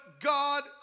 God